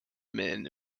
men